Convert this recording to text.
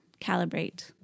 calibrate